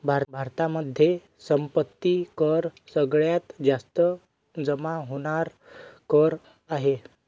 भारतामध्ये संपत्ती कर सगळ्यात जास्त जमा होणार कर आहे